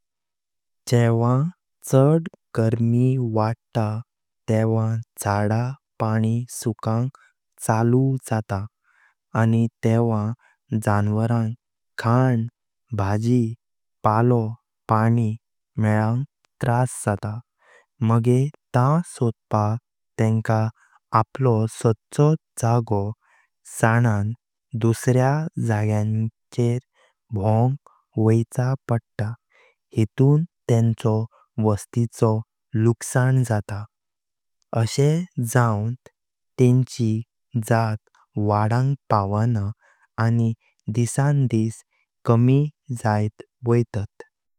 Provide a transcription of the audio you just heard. जेव्हा चड गरमी वाढता तेव्हा झाडा, पाणी सुकांक चालू जाता आणि तेव्हा जनावरांग खांद, भाजी-पाळो, पाणी मेलांक त्रास जाता। मगे ता सोडपाक तेंका आपलो साधचो जागो सांन दुसऱ्या जाग्यांगर भोंवंक वैच्याक पडता हीतून तेंचो वस्तिचो लुकसान जाता। अशे जावन तेंची जात वाढांग पावना आणि ती दिसंदिस कमी जात वैतात।